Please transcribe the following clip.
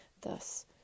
Thus